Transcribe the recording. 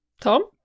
Tom